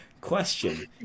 Question